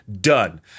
done